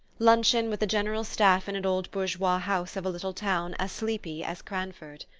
luncheon with the general staff in an old bourgeois house of a little town as sleepy as cranford.